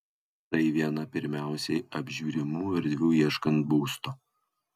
tai viena pirmiausiai apžiūrimų erdvių ieškant būsto